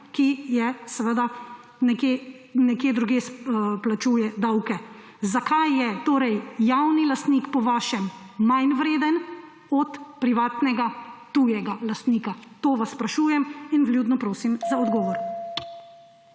ki seveda nekje drugje plačuje davke? Zakaj je torej javni lastnik po vašem manj vreden od privatnega tujega lastnika? To vas sprašujem in vljudno prosim za odgovor.